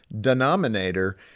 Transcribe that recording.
denominator